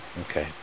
Okay